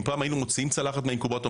אם פעם הינו מוציאים צלחות מהאינקובטור,